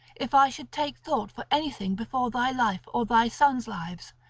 if i should take thought for anything before thy life or thy sons' lives,